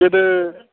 गोदो